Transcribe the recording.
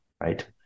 right